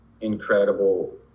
incredible